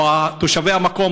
תושבי המקום,